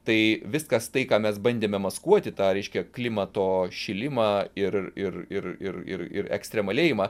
tai viskas tai ką mes bandėme maskuoti tą reiškia klimato šilimą ir ir ir ir ir ekstremalėjimą